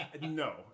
No